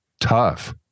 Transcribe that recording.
tough